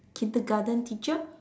kindergarten teacher